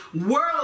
world